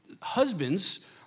husbands